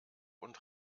und